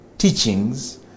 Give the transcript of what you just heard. teachings